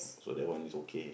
so that one is okay